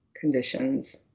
conditions